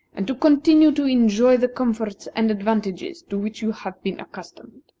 and to continue to enjoy the comforts and advantages to which you have been accustomed.